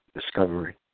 discovery